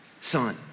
son